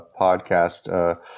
podcast